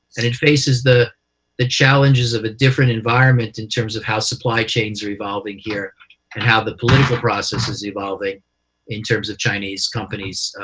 and it faces the the challenges of a different environment in terms of how supply chains are evolving here and how the political process is evolving in terms of chinese companies'